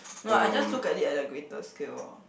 no lah I just look at it at a greater scale orh